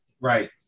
right